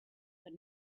but